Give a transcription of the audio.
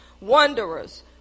wanderers